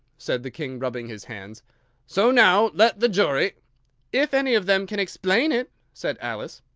said the king, rubbing his hands so now let the jury if any of them can explain it, said alice,